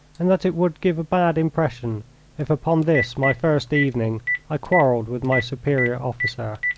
and that it would give a bad impression if upon this my first evening i quarrelled with my superior officer.